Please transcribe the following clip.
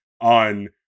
on